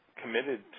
committed